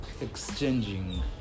exchanging